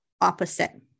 opposite